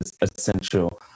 essential